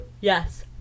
yes